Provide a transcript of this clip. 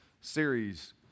series